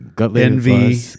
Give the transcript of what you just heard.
Envy